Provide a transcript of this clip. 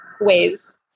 ways